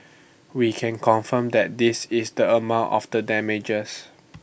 we can confirm that this is the amount of the damages